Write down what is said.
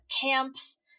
camps